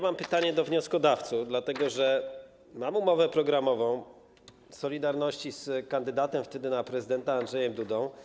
Mam pytanie do wnioskodawców, dlatego że mam umowę programową „Solidarności” z wtedy kandydatem na prezydenta Andrzejem Dudą.